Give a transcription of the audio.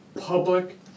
public